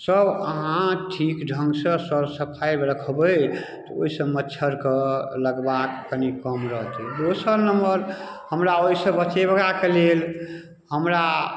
सभ अहाँ ठीक ढङ्गसँ सऽर सफाइ रखबै तऽ ओइसँ मच्छरके लगबाक कनि कम रहतै दोसर नम्बर हमरा ओइसँ बचेबाक लेल हमरा